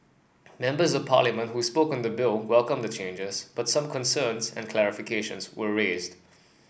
members of parliament who spoke on the bill welcomed the changes but some concerns and clarifications were raised